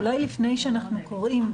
אולי לפני שאנחנו קוראים,